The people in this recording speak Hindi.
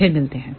फिर मिलते हैं